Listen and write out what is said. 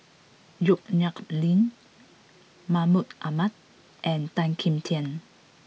Yong Nyuk Lin Mahmud Ahmad and Tan Kim Tian